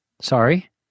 Sorry